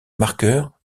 marqueur